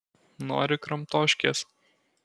nori kramtoškės